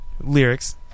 lyrics